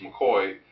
McCoy